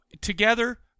together